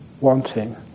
Wanting